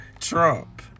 trump